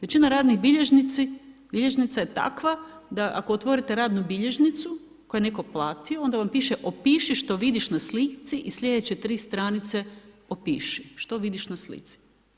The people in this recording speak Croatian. Većina radnih bilježnica je takva da ako otvorite radnu bilježnicu koju je netko platio onda vam piše opiši što vidiš na slici i sljedeće 3 stranice opiši što vidiš na slici.